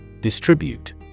Distribute